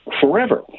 forever